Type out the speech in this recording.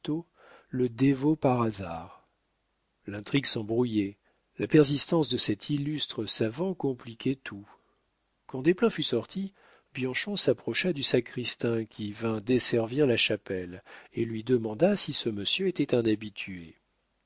le dévot par hasard l'intrigue s'embrouillait la persistance de cet illustre savant compliquait tout quand desplein fut sorti bianchon s'approcha du sacristain qui vint desservir la chapelle et lui demanda si ce monsieur était un habitué